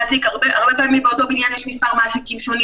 הרבה פעמים באותו בניין יש מספר מעסיקים שונים